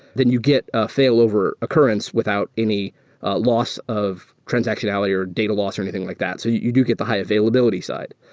then you get a failover occurrence without any loss of transactionality or data loss or anything like that. so you do get the high-availability side.